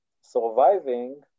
surviving